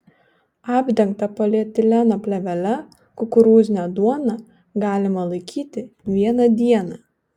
apdengtą polietileno plėvele kukurūzinę duoną galima laikyti vieną dieną